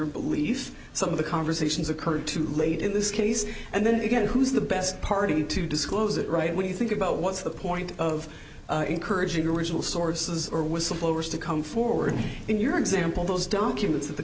or belief some of the conversations occurred to late in this case and then again who's the best party to disclose it right when you think about what's the point of encouraging your original sources or whistleblowers to come forward in your example those documents that the